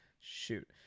Shoot